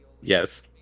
Yes